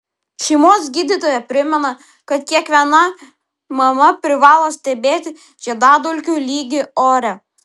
šeimos gydytoja primena kad kiekviena mama privalo stebėti žiedadulkių lygį ore